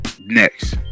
next